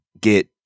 get